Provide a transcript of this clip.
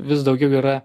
vis daugiau yra